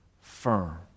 firm